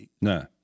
no